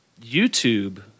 YouTube